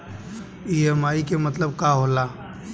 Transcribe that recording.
EMI के मतलब का होला?